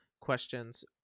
questions